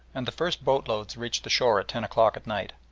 and the first boatloads reached the shore at ten o'clock at night.